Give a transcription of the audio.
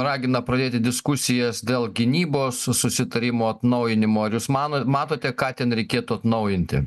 ragina pradėti diskusijas dėl gynybos su susitarimo atnaujinimo ir jūs mano matote ką ten reikėtų atnaujinti